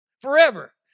Forever